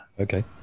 Okay